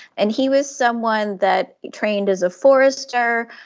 and he was someone that trained as a forester,